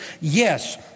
yes